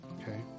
Okay